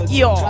yo